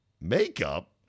Makeup